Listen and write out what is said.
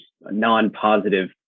non-positive